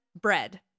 bread